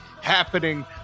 happening